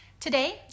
Today